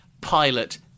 pilot